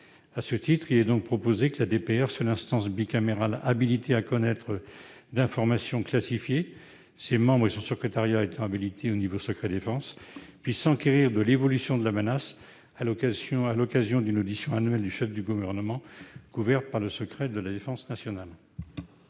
À ce titre, il est donc proposé que la DPR, seule instance bicamérale habilitée à connaître d'informations classifiées, puisque ses membres et son secrétariat sont habilités au secret-défense, puisse s'enquérir de l'évolution de la menace à l'occasion d'une audition annuelle du chef du Gouvernement couverte par le secret de la défense nationale.